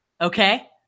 okay